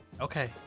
okay